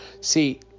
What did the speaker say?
See